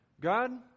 God